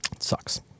Sucks